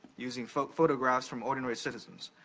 using photographs from ordinary citizens.